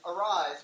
arise